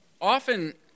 often